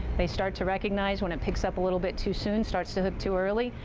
they start to recognize when it picks up a little bit too soon, starts to hook too early.